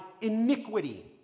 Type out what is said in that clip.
iniquity